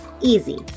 easy